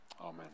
Amen